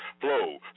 flow